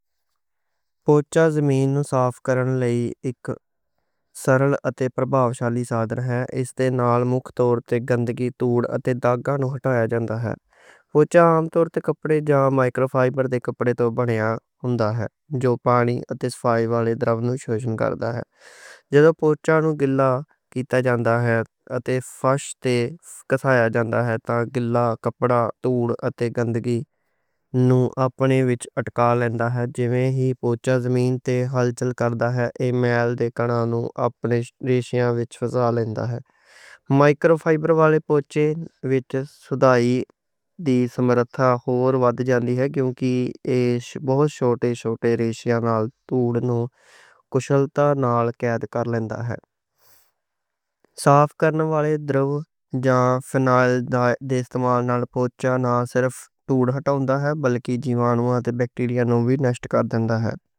آج زمین صاف کروں گی کس طرح پرابھاوشالی صفائی عام طور تے ہوندا ہے۔ عام طور تے کپڑے یا مائیکروفائبر والے کپڑے بنا ہوندا ہے، پانی دے فائبر جذب کر کے فرش تے دھول مٹی اتے داغ نوں اٹھاؤندا ہے۔ کلیننگ دی ایمولسیفیکیشن نوں اپلائی کر کے، مائیکروفائبر دی لو وسکاسٹی، ڈِسپرشن اتے سولیوبلائزیشن والے کیمیائی عمل صاف کرنا آسان بنا دیندے ہن۔ وکھ وکھ سرفیکٹنٹاں بیکٹیریاں نوں وی ختم کر سکدن تک۔